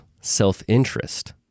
self-interest